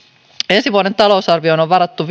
ensi vuoden talousarvioon on varattu